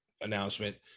announcement